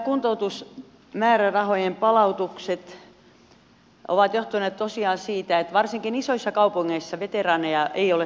nämä kuntoutusmäärärahojen palautukset ovat johtuneet tosiaan siitä että varsinkin isoissa kaupungeissa veteraaneja ei ole tavoitettu